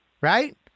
Right